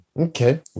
okay